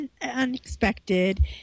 unexpected